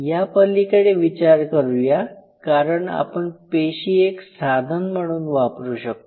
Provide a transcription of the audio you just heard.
या पलिकडे विचार करूया कारण आपण पेशी एक साधन म्हणून वापरु शकतो